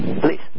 Please